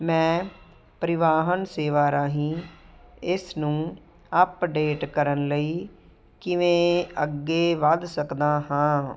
ਮੈਂ ਪਰਿਵਾਹਨ ਸੇਵਾ ਰਾਹੀਂ ਇਸ ਨੂੰ ਅੱਪਡੇਟ ਕਰਨ ਲਈ ਕਿਵੇਂ ਅੱਗੇ ਵੱਧ ਸਕਦਾ ਹਾਂ